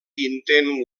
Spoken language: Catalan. intent